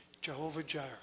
Jehovah-Jireh